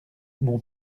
mon